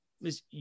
miss